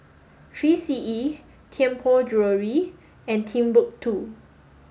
Three C E Tianpo Jewellery and Timbuk Two